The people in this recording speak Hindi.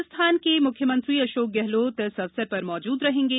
राजस्थान के मुख्यमंत्री अशोक गहलोत इस अवसर पर मौजूद रहेंगे